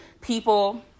people